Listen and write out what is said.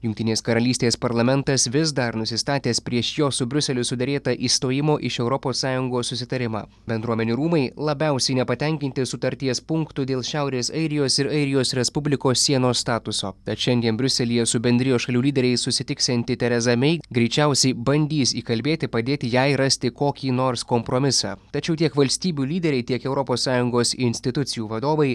jungtinės karalystės parlamentas vis dar nusistatęs prieš jos su briuseliu suderėtą išstojimo iš europos sąjungos susitarimą bendruomenių rūmai labiausiai nepatenkinti sutarties punktu dėl šiaurės airijos ir airijos respublikos sienos statuso tad šiandien briuselyje su bendrijos šalių lyderiais susitiksianti tereza mei greičiausiai bandys įkalbėti padėti jai rasti kokį nors kompromisą tačiau tiek valstybių lyderiai tiek europos sąjungos institucijų vadovai